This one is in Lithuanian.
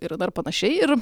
ir dar panašiai ir